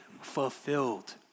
fulfilled